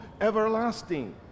everlasting